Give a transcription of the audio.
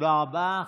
תודה רבה.